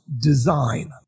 design